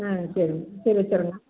ம் சரிங்க சரி வச்சிடுறேன்